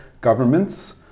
governments